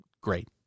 Great